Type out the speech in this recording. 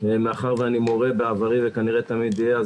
מאחר שאני מורה בעברי וכנראה תמיד אהיה,